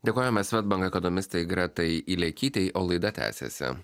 dėkojame swedbank ekonomistei gretai ilekytei o laida tęsiasi